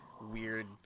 weird